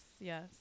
yes